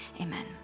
amen